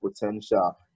potential